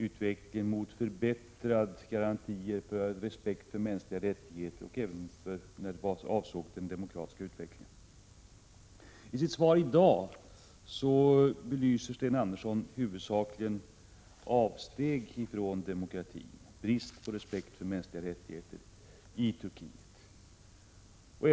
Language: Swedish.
Han pekade på en utveckling mot bättre respekt för de mänskliga rättigheterna och även med avseende på demokratiseringsprocessen. I sitt svar i dag belyser Sten Andersson huvudsakligen de avsteg som gjorts från demokratin och respekten för mänskliga rättigheter i Turkiet.